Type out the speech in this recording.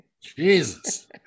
Jesus